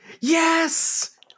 Yes